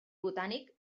botànic